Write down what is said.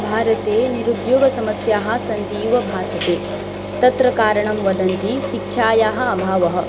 भारते निरुद्योगसमस्याः सन्ति इव भासते तत्र कारणं वदन्ति शिक्षायाः अभावः